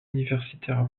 universitaire